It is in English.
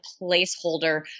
placeholder